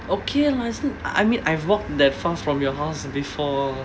okay lah it's not I I mean I've walked that fast from your house before